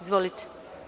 Izvolite.